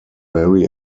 mary